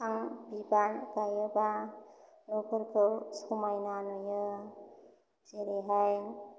बिफां बिबार गायोबा न'फोरखौ समायना नुयो जेरैहाय